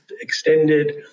extended